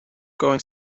going